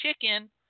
chicken